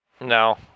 No